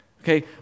Okay